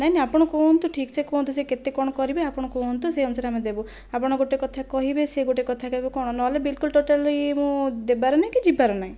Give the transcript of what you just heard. ନାହିଁ ନାହିଁ ଆପଣ କୁହନ୍ତୁ ଠିକସେ କୁହନ୍ତୁ ସେ କେତେ କ'ଣ କରିବେ ଆପଣ କୁହନ୍ତୁ ସେ ଅନୁସାରେ ଆମେ ଦେବୁ ଆପଣ ଗୋଟିଏ କଥା କହିବେ ସେ ଗୋଟିଏ କଥା କହିବ କ'ଣ ନହେଲେ ବିଲ୍କୁଲ୍ ଟୋଟାଲି ମୁଁ ଦେବାର ନାହିଁ କି ଯିବାର ନାହିଁ